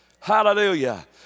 Hallelujah